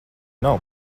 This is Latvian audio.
nav